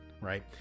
Right